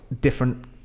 different